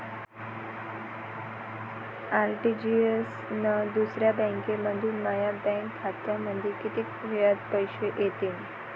RTGS न दुसऱ्या बँकेमंधून माया बँक खात्यामंधी कितीक वेळातं पैसे येतीनं?